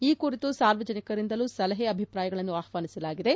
ಈ ಕುರಿತು ಸಾರ್ವಜನಿಕರಿಂದಲೂ ಸಲಹೆ ಅಭಿಪ್ರಾಯಗಳನ್ನು ಆಹ್ವಾನಿಸಲಾಗಿದೆ